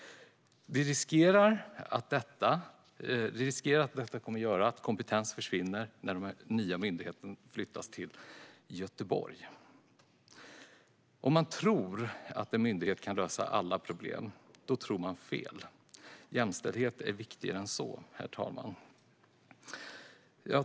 Risken finns att kompetens försvinner när den nya myndigheten flyttas till Göteborg. Om man tror att en myndighet kan lösa alla problem tror man fel. Jämställdheten är viktigare än så, herr talman.